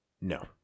No